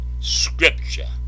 scripture